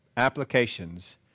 Applications